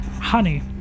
honey